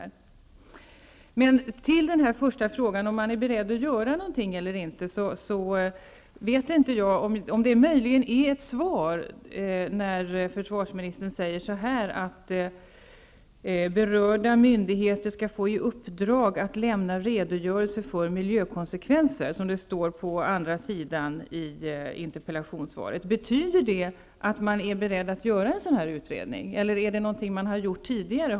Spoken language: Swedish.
Är det möjligen ett svar på den första frågan -- om man är beredd att göra någonting eller inte -- när försvarsministern säger att berörda myndigheter skall få i uppdrag att lämna redogörelse för miljökonsekvenser, som det står på andra sidan i interpellationssvaret? Betyder det att man är beredd att göra en sådan utredning, eller är det någonting man har gjort tidigare?